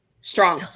strong